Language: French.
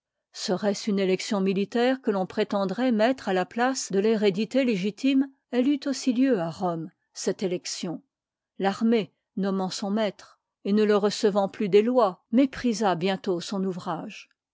scroit ce une élection militaire que l'on prétendroit mettre à la place de thérédité légitime ee eut aussi lieu à rome cette élection l'armée nommant son maître et ne le recevant plus des lois méprisa bientôt son ouvrage